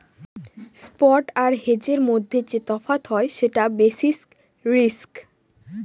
spot আর হেজের মধ্যে যে তফাৎ হয় সেটা বেসিস রিস্ক